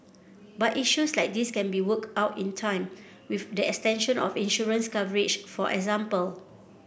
but issues like these can be worked out in time with the extension of insurance coverage for example